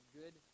good